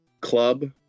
Club